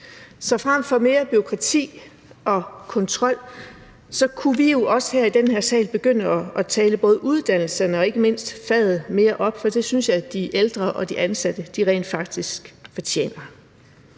Så fremfor mere bureaukrati og kontrol kunne vi jo også her i den her sal begynde at tale både uddannelserne og ikke mindst faget mere op, for det synes jeg de ældre og de ansatte rent faktisk fortjener.